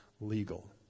legal